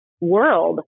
world